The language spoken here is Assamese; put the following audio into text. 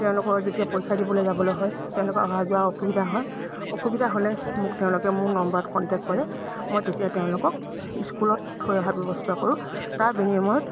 তেওঁলোকৰ যেতিয়া পৰীক্ষা দিবলৈ যাবলৈ হয় তেওঁলোকৰ অহা যোৱা অসুবিধা হয় অসুবিধা হ'লে মোক তেওঁলোকে মোৰ নম্বৰত কণ্টেক্ট কৰে মই তেতিয়া তেওঁলোকক স্কুলত থৈ অহা ব্যৱস্থা কৰোঁ তাৰ বিনিময়ত